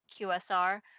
QSR